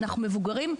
אנחנו מבוגרים,